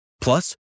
Plus